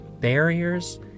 barriers